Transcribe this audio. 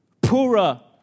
Pura